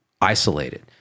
isolated